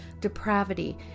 depravity